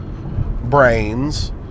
brains